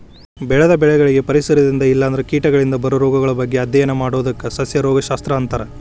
ಬೆಳೆದ ಬೆಳಿಗಳಿಗೆ ಪರಿಸರದಿಂದ ಇಲ್ಲಂದ್ರ ಕೇಟಗಳಿಂದ ಬರೋ ರೋಗಗಳ ಬಗ್ಗೆ ಅಧ್ಯಯನ ಮಾಡೋದಕ್ಕ ಸಸ್ಯ ರೋಗ ಶಸ್ತ್ರ ಅಂತಾರ